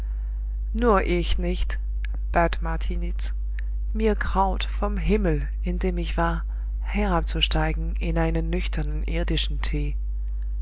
nur ich nicht bat martiniz mir graut vom himmel in dem ich war herabzusteigen in einen nüchternen irdischen tee